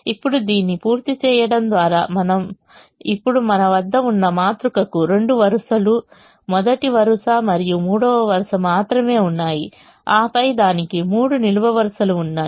ఇప్పుడు దీన్ని పూర్తి చేయడం ద్వారా ఇప్పుడు మన వద్ద ఉన్న మాతృకకు రెండు వరుసలు మొదటి వరుస మరియు మూడవ వరుస మాత్రమే ఉన్నాయి ఆపై దానికి మూడు నిలువు వరుసలు ఉన్నాయి